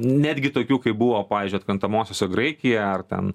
netgi tokių kaip buvo pavyzdžiui atkrentamosiose graikija ar ten